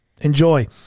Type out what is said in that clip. Enjoy